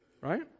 Right